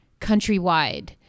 countrywide